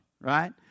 right